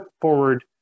forward